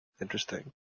interesting